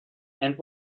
and